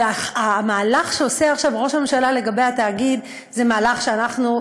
אבל המהלך שראש הממשלה עושה עכשיו לגבי התאגיד זה מהלך שאנחנו,